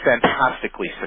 fantastically